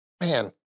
man